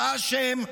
אתה אשם.